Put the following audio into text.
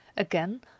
Again